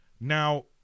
Now